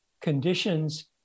conditions